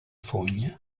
fogna